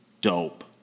Dope